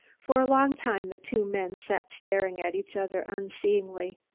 for a long time the two men sat staring at each other unseeingly.